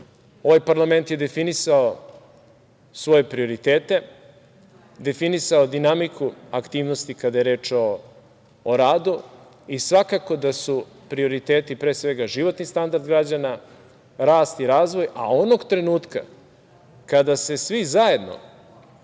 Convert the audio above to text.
ovaj parlament je definisao svoje prioritete, definisao dinamiku aktivnosti kada je reč o radu, i svakako da su prioriteti, pre svega, životni standard građana, rast i razvoj, a onog trenutka kada se svi zajedno